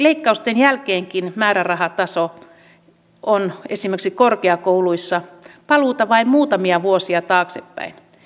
leikkausten jälkeenkin määrärahataso on esimerkiksi korkeakouluissa paluuta vain muutamia vuosia taaksepäin